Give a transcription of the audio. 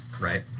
right